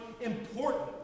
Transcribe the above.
important